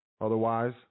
otherwise